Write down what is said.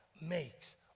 makes